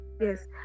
Yes